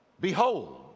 Behold